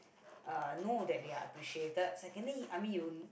uh know that they're appreciated secondly I mean you